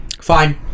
fine